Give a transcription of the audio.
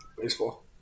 baseball